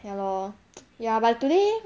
ya lor ya but today